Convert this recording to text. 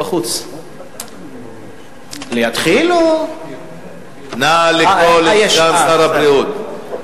נא לקרוא לסגן שר הבריאות.